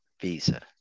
visa